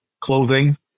Clothing